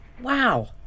wow